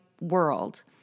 world